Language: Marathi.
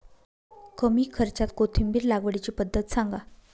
कमी खर्च्यात कोथिंबिर लागवडीची पद्धत सांगा